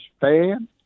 fan